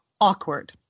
awkward